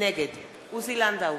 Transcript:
נגד עוזי לנדאו,